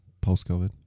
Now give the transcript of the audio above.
Post-COVID